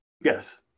yes